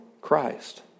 Christ